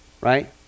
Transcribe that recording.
right